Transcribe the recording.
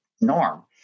norm